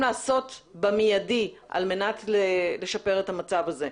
לעשות במיידי על מנת לשפר את המצב הזה.